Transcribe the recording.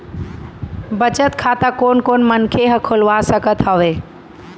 बचत खाता कोन कोन मनखे ह खोलवा सकत हवे?